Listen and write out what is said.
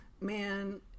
Man